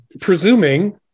presuming